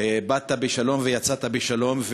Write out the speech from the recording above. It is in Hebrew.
באת בשלום ויצאת בשלום,